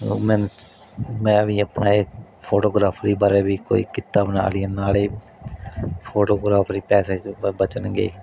ਉਹ ਮੈ ਮੈਂ ਵੀ ਆਪਣੇ ਫੋਟੋਗ੍ਰਾਫਰੀ ਬਾਰੇ ਵੀ ਕੋਈ ਕਿੱਤਾ ਬਣਾ ਲੀਏ ਨਾਲੇ ਫੋਟੋਗ੍ਰਾਫਰੀ ਪੈਸੇ ਸ ਬ ਬਚਣਗੇ